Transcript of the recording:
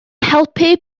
helpu